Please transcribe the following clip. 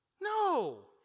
No